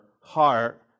heart